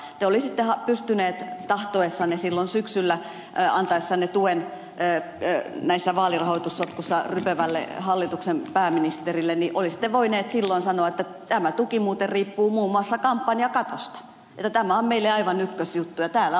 te olisitte pystyneet tahtoessanne silloin syksyllä antaessanne tuen näissä vaalirahoitussotkuissa rypevälle hallituksen pääministerille olisitte voineet silloin sanoa että tämä tuki muuten riippuu muun muassa kampanjakatosta että tämä on meille aivan ykkösjuttu